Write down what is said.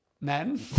Men